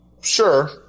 sure